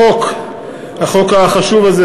החוק החשוב הזה,